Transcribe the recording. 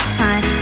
time